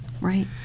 Right